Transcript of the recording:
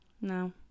no